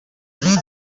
ibyaha